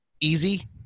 easy